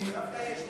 דווקא יש,